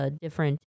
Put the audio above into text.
different